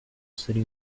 city